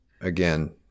again